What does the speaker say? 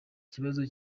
ikibazo